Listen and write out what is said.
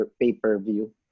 pay-per-view